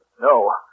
No